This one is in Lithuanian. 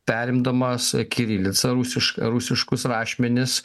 perimdamas kirilicą rusišką rusiškus rašmenis